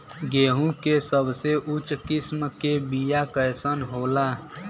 गेहूँ के सबसे उच्च किस्म के बीया कैसन होला?